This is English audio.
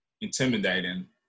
intimidating